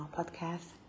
podcast